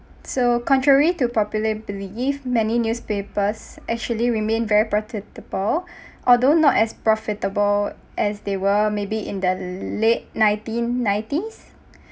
so contrary to popular belief many newspapers actually remain very profitable although not as profitable as they were maybe in the late nineteen nineties